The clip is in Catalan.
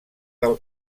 del